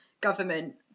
government